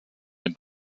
den